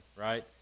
right